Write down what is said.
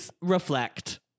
Reflect